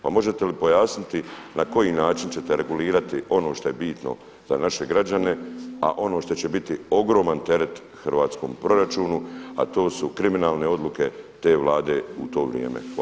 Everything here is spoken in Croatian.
Pa možete li pojasniti na koji način ćete regulirati ono što je bitno za naše građane, a ono što će biti ogroman teret hrvatskom proračunu, a to su kriminalne odluke te Vlade u to vrijeme.